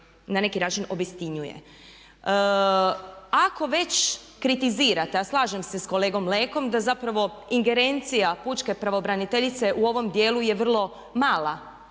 na neki način obistinjuje. Ako već kritizirate, a slažem se s kolegom Lekom da zapravo ingerencija pučke pravobraniteljice u ovom djelu je vrlo mala.